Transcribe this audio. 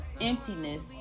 emptiness